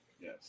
Yes